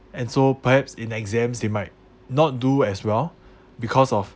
and so perhaps in exams they might not do as well because of